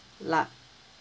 like